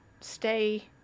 stay